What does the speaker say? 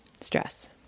stress